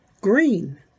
green